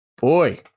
boy